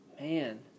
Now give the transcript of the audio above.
man